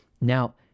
Now